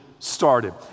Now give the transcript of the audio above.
Started